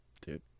Dude